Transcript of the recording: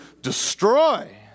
destroy